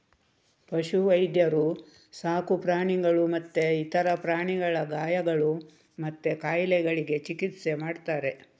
ಪಶು ವೈದ್ಯರು ಸಾಕು ಪ್ರಾಣಿಗಳು ಮತ್ತೆ ಇತರ ಪ್ರಾಣಿಗಳ ಗಾಯಗಳು ಮತ್ತೆ ಕಾಯಿಲೆಗಳಿಗೆ ಚಿಕಿತ್ಸೆ ಮಾಡ್ತಾರೆ